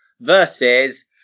Versus